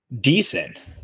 decent